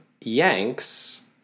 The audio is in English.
Yanks